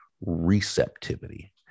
receptivity